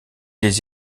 les